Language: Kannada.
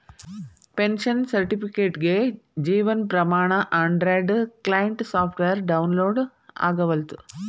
ಪೆನ್ಷನ್ ಸರ್ಟಿಫಿಕೇಟ್ಗೆ Jeevan Pramaan Android client software download ಆಗವಲ್ತು